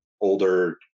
older